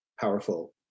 powerful